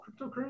cryptocurrency